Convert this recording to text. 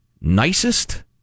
nicest